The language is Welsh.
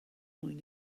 mwyn